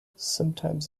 sometimes